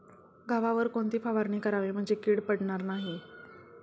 गव्हावर कोणती फवारणी करावी म्हणजे कीड पडणार नाही?